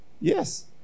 yes